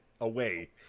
Away